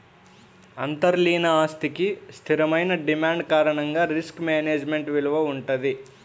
అంతర్లీన ఆస్తికి స్థిరమైన డిమాండ్ కారణంగా రిస్క్ మేనేజ్మెంట్ విలువ వుంటది